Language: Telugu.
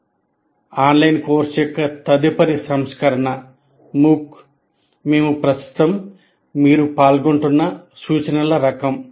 ఆ ఆన్లైన్ కోర్సు యొక్క తదుపరి సంస్కరణ MOOC మేము ప్రస్తుతం మీరు పాల్గొంటున్న సూచనల రకం